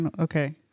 Okay